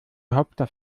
hauptstadt